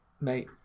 mate